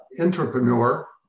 entrepreneur